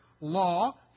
law